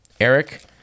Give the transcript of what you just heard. Eric